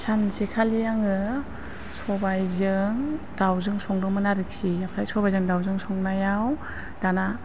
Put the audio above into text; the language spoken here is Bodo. सानसेखालि आङो सबाइजों दाउजों संदोंमोन आरोखि ओमफ्राय सबाइजों दाउजों संनायाव दाना